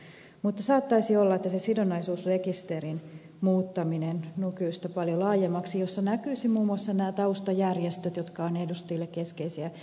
mutta paikallaan saattaisi olla sidonnaisuusrekisterin muuttaminen nykyistä paljon laajemmaksi niin että siinä näkyisivät muun muassa taustajärjestöt jotka ovat edustajille keskeisiä